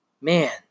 man